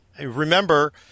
remember